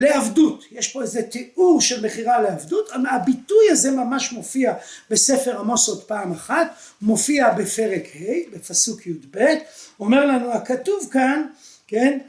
לעבדות יש פה איזה תיאור של מכירה לעבדות, הביטוי הזה ממש מופיע בספר עמוס עוד פעם אחת, מופיע בפרק ה' בפסוק י"ב, אומר לנו הכתוב כאן, כן?